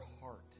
heart